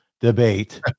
debate